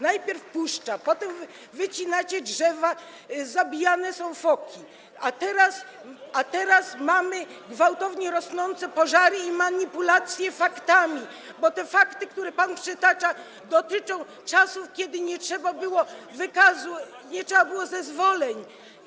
Najpierw puszcza, potem wycinacie drzewa, zabijane są foki, a teraz mamy gwałtownie rosnącą liczbę pożarów i manipulacje faktami, [[Poruszenie na sali]] bo fakty, które pan przytacza, dotyczą czasów, kiedy nie potrzeba było wykazu, nie potrzeba było zezwoleń.